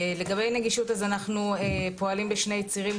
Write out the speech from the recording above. לגבי נגישות אנחנו פועלים בשני צירים,